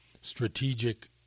strategic